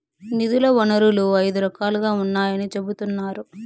నిధుల వనరులు ఐదు రకాలుగా ఉన్నాయని చెబుతున్నారు